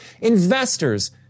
investors